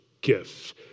gift